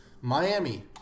Miami